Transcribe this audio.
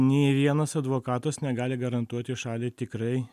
nei vienas advokatas negali garantuoti šaliai tikrai